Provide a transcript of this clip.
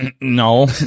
No